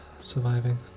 surviving